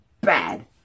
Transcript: bad